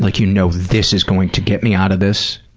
like you know this is going to get me out of this?